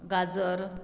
गाजर